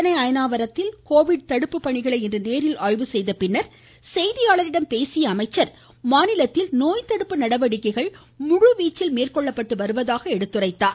சென்னை அயனாவரத்தில் கோவிட் தடுப்பு பணிகளை இன்று நேரில் ஆய்வு செய்த பின் செய்தியாளர்களிடம் பேசிய அவர் மாநிலத்தில் நோய்த்தடுப்பு நடவடிக்கைகள் முழுவீச்சில் மேற்கொள்ளப்பட்டு வருவதாக கூறினார்